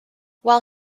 while